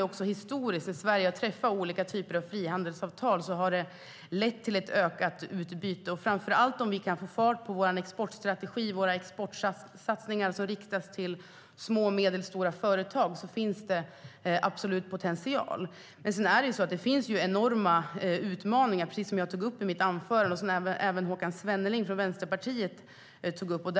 Historiskt ser man att när Sverige har träffat olika typer av frihandelsavtal har det lett till ett ökat utbyte. Om vi kan få fart på framför allt vår exportstrategi och våra exportsatsningar riktade till små och medelstora företag finns det absolut potential. Men som jag tog upp i mitt anförande och som även Håkan Svenneling från Vänsterpartiet tog upp finns det enorma utmaningar.